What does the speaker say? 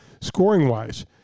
scoring-wise